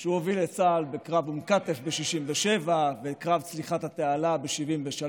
שהוא הוביל את צה"ל בקרב אום כתף ב-67' ואת קרב צליחת התעלה ב-73',